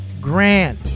grand